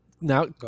Now